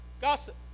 gossip